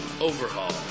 overhaul